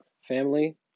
family